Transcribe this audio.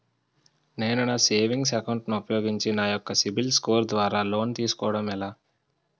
నేను నా savings account ను ఉపయోగించి నా యెక్క సిబిల్ స్కోర్ ద్వారా లోన్తీ సుకోవడం ఎలా?